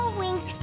wings